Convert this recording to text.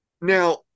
now